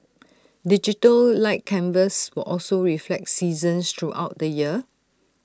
digital light canvas will also reflect seasons throughout the year